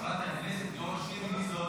מדינה ליברלית.